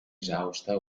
esausta